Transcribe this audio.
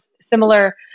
similar